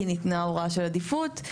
כי ניתנה הוראה של עדיפות.